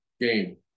game